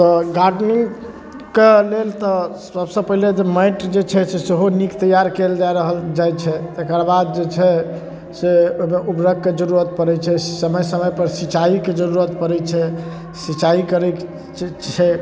तऽ गार्डेनिङ्गके लेल तऽ सबसँ पहिले जे माटि जे छै से सेहो नीक तैआर कएल जा रहल जाइ छै तकर बाद जे छै से ओहिमे उर्वरकके जरूरत पड़ै छै समय समयपर सिँचाइके जरूरत पड़ै छै सिँचाइ करै छै